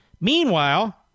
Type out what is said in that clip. Meanwhile